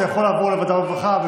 זה יכול לעבור לוועדת העבודה והרווחה,